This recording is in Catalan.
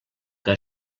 que